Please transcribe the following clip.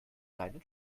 seinen